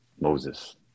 Moses